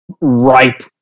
ripe